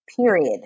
period